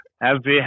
Happy